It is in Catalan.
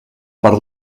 part